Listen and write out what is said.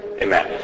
Amen